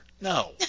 no